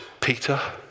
Peter